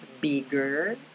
bigger